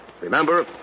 Remember